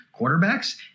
quarterbacks